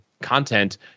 content